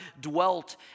dwelt